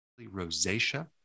rosacea